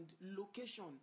location